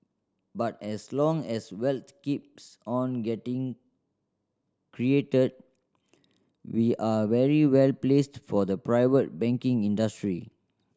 but as long as wealth keeps on getting created we are very well placed for the private banking industry